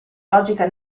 logica